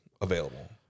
available